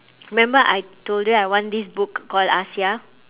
remember I told you I want this book called asia